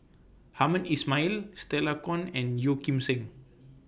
Hamed Ismail Stella Kon and Yeo Kim Seng